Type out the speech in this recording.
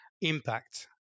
impact